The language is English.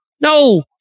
no